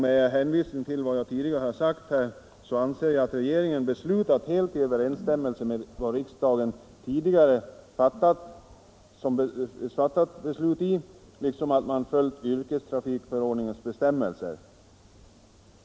Med hänvisning till vad jag tidigare sagt finner jag att regeringen handlat helt i överensstämmelse med riksdagens tidigare fattade beslut liksom även att regeringen följt yrkesmässig trafik med buss yrkesmässig trafik med buss yrkestrafikförordningens bestämmelser.